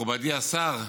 מכובדי השר,